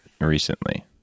recently